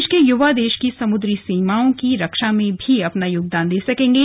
प्रदेश के युवा देश की समुद्री सीमाओं की रक्षा में भी अपना योगदान दे सकेंगे